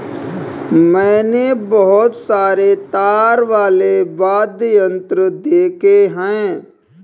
मैंने बहुत सारे तार वाले वाद्य यंत्र देखे हैं